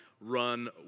run